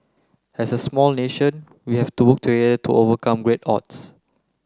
as a small nation we have to work together to overcome great odds